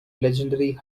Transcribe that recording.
legendary